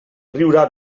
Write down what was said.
riurà